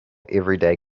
everyday